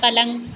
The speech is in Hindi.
पलंग